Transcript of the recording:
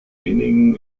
wenigen